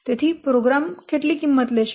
તેથી પ્રોગ્રામ કેટલી કિંમત લેશે